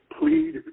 Plead